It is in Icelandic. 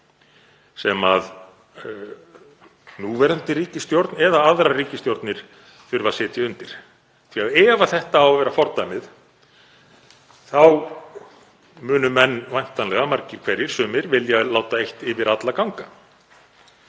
sem núverandi ríkisstjórn eða aðrar ríkisstjórnir þurfa að sitja undir. Ef þetta á að vera fordæmið þá munu menn væntanlega, margir hverjir, sumir, vilja láta eitt yfir alla ganga.